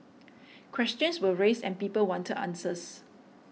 questions were raised and people wanted answers